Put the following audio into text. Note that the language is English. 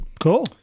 Cool